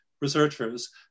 researchers